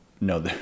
no